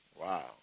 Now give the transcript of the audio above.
Wow